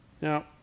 Now